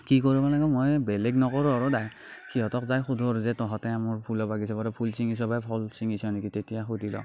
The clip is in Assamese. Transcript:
কি কৰোঁ মানে মই বেলেগ নকৰোঁ আৰু সিহঁতক যাই সোধো আৰু যে তহঁতে মোৰ বাগিচাৰ পৰা ফল ছিঙিছ বা ফল ছিঙিছ নেকি তেতিয়া সুধি লওঁ